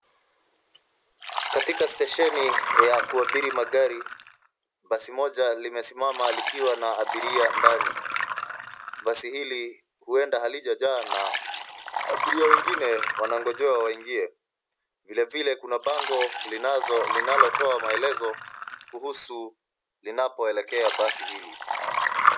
Katika stesheni ya kuabiri magari, basi moja limesimama likiwa na abiria ndani. Basi hili huenda halijajaa na abiria wengine wanangojewa waingie. Vilevile kuna bango linalotoa maelezo kuhusu linapoelekea basi hili.